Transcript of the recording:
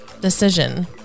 decision